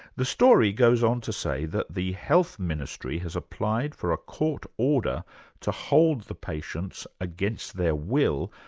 the story goes on to say that the health ministry has applied for a court order to hold the patients against their will,